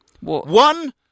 One